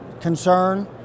concern